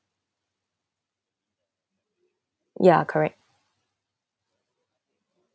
ya correct